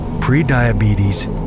pre-diabetes